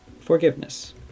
forgiveness